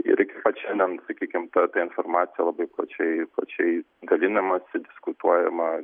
ir iki pat šiandien sakykim ta ta informacija labai plačiai plačiai dalinamasi diskutuojama